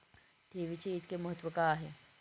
ठेवीचे इतके महत्व का आहे?